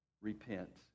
Repent